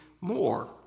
more